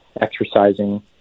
exercising